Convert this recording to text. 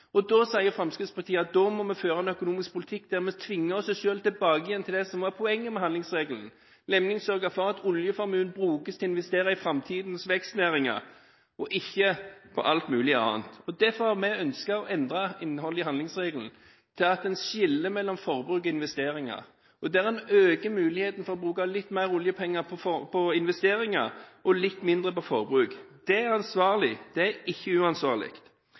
Da sier Fremskrittspartiet at vi må føre en økonomisk politikk der vi tvinger oss selv tilbake til det som var poenget med handlingsregelen, nemlig å sørge for at oljeformuen brukes til å investere i framtidens vekstnæringer, og ikke til alt mulig annet. Derfor har vi ønsket å endre innholdet i handlingsregelen slik at man skiller mellom forbruk og investeringer og øker muligheten til å bruke litt mer oljepenger på investeringer og litt mindre på forbruk. Det er ansvarlig, det er ikke uansvarlig.